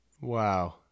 Wow